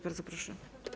Bardzo proszę.